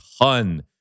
ton